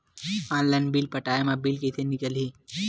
Online bill पटाय मा bill कइसे निकलही?